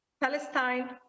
Palestine